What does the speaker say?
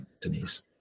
denise